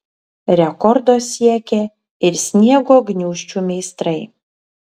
rekordo siekė ir sniego gniūžčių meistrai